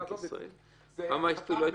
לכן ממה שאנחנו